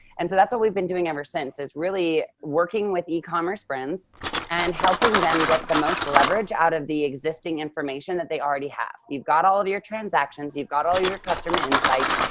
and so that's what we've been doing ever since is really working with e-commerce friends and helping them get the most leverage out of the existing information that they already have. you've got all of your transactions, you've got all your your customer insights.